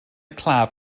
claf